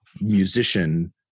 musician